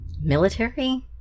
military